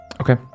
Okay